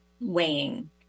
weighing